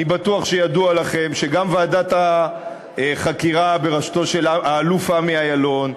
אני בטוח שידוע לכם שגם ועדת החקירה בראשות האלוף עמי אילון,